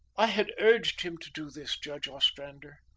i had urged him to do this, judge ostrander.